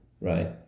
right